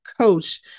coach